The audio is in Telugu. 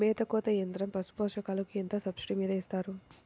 మేత కోత యంత్రం పశుపోషకాలకు ఎంత సబ్సిడీ మీద ఇస్తారు?